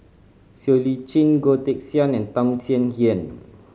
Siow Lee Chin Goh Teck Sian and Tham Sien Yen